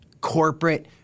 corporate